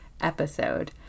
episode